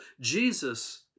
Jesus